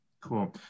Cool